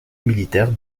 militaire